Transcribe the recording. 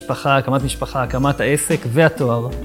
משפחה, הקמת משפחה, הקמת העסק והתואר.